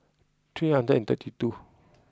three hundred and thirty two